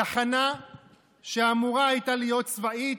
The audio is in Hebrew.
תחנה שאמורה הייתה להיות צבאית,